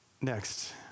Next